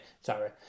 Sorry